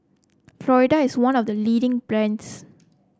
Floxia is one of the leading brands